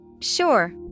Sure